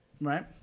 Right